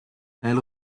elle